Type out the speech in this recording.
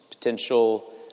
Potential